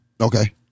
Okay